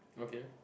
okay